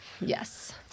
yes